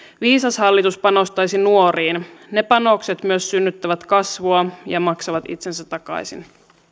viisas hallitus panostaisi nuoriin ne panokset myös synnyttävät kasvua ja maksavat itsensä takaisin